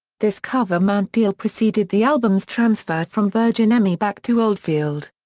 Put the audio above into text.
this cover-mount deal preceded the album's transfer from virgin emi back to oldfield.